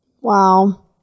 Wow